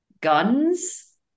guns